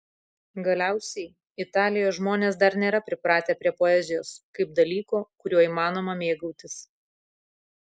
galiausiai italijoje žmonės dar nėra pripratę prie poezijos kaip dalyko kuriuo įmanoma mėgautis